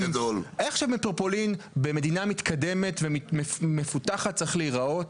איך שמטרופולין במדינה מתקדמת ומפותחת צריך להיראות.